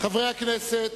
חברי הכנסת,